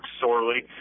sorely